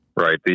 Right